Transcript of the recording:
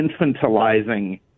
infantilizing